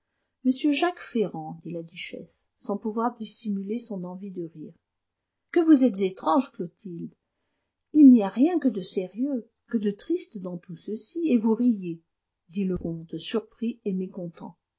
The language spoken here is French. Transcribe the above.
m jacques ferrand dit la duchesse sans pouvoir dissimuler son envie de rire que vous êtes étrange clotilde il n'y a rien que de sérieux que de triste dans tout ceci et vous riez dit le comte surpris et mécontent